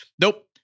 Nope